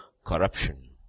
corruption